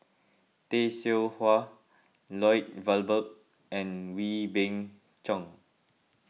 Tay Seow Huah Lloyd Valberg and Wee Beng Chong